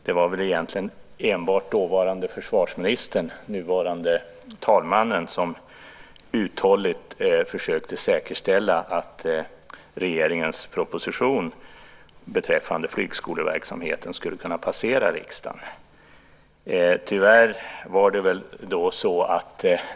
Det var väl egentligen enbart den dåvarande försvarsministern och nuvarande talmannen som uthålligt försökte säkerställa att regeringens proposition beträffande flygskoleverksamheten skulle kunna passera riksdagen.